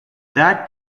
that